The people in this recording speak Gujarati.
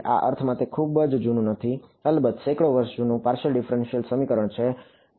આ અર્થમાં કે તે ખૂબ જ જૂનું નથી અલબત્ત સેંકડો વર્ષો જૂનું પાર્શિયલ ડિફફરેનશીયલ સમીકરણ છે